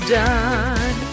done